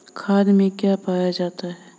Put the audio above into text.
खाद में क्या पाया जाता है?